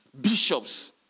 bishops